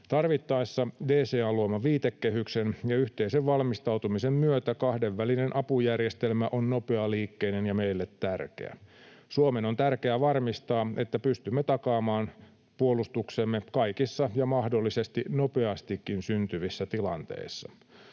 Tarvittaessa DCA:n luoman viitekehyksen ja yhteisen valmistautumisen myötä kahdenvälinen apujärjestelmä on nopealiikkeinen ja meille tärkeä. Suomen on tärkeää varmistaa, että pystymme takaamaan puolustuksemme kaikissa ja mahdollisesti nopeastikin syntyvissä tilanteissa.